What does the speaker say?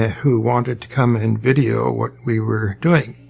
who wanted to come and video what we were doing.